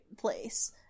place